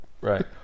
Right